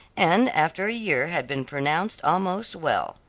and after a year had been pronounced almost well.